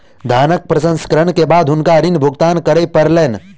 धानक प्रसंस्करण के बाद हुनका ऋण भुगतान करअ पड़लैन